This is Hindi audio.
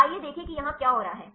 आइए देखें कि यहां क्या हो रहा है